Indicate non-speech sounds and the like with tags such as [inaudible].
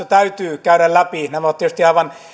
[unintelligible] täytyy käydä läpi nämä ovat tietysti aivan